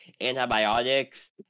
antibiotics